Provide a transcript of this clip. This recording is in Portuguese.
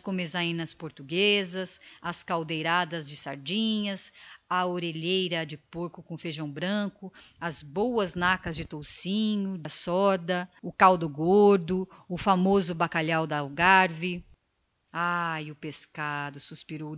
boas comezainas portuguesas as caldeiradas deirozes a orelheira de porco com feijão branco a açorda o caldo gordo o famoso bacalhau do algarve ai o pescado suspirou